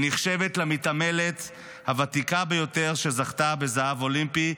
נחשבת למתעמלת הוותיקה ביותר שזכתה בזהב אולימפי.